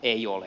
ei ole